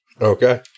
okay